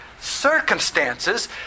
circumstances